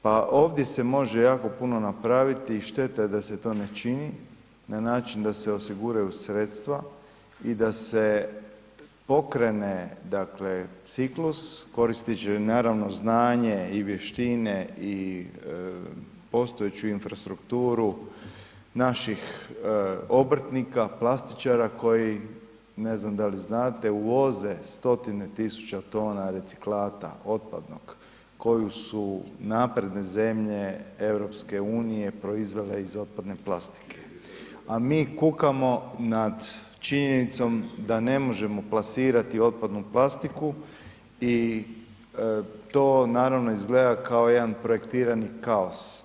Pa ovdje se može jako puno napraviti i šteta je da se to ne čini na način da se osiguraju sredstva i da se pokrene ciklus koristeći naravno znanje i vještine i postojeću infrastrukturu naših obrtnika plastičara koji ne znam da li znate, uvoze stotine tisuća tona reciklata otpadnog koju su napredne zemlje EU-a proizvele iz otpadne plastike a mi kukamo nad činjenicom da ne možemo plasirati otpadnu plastiku i to naravno izgleda kao jedan projektirani kaos.